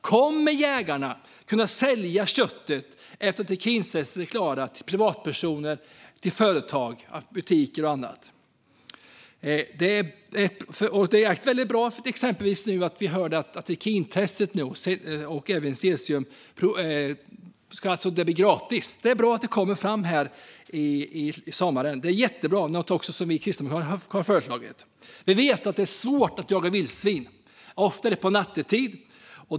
Kommer jägarna att kunna sälja köttet till privatpersoner, företag, butiker och andra efter att trikintesten är klara? Det är bra att trikintest och även cesiumtest ska vara gratis. Det är bra att detta kommer i sommar. Det har vi kristdemokrater också föreslagit. Vi vet att det är svårt att jaga vildsvin. Ofta sker det nattetid.